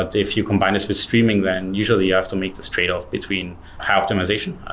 ah if you combine this with streaming, then usually you have to make this trade-off between high-optimization.